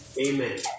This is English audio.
Amen